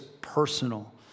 personal